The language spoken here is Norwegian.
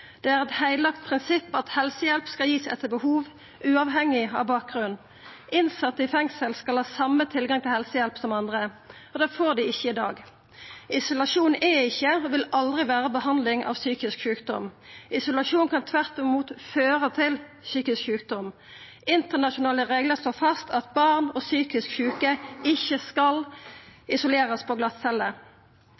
Det er eit heilagt prinsipp at helsehjelp skal gjevast etter behov, uavhengig av bakgrunn. Innsette i fengsel skal ha den same tilgangen til helsehjelp som andre, men det får dei ikkje i dag. Isolasjon er ikkje, og vil aldri verta, behandling av psykisk sjukdom, men kan tvert imot føra til psykisk sjukdom. Internasjonale reglar slår fast at barn og psykisk sjuke ikkje skal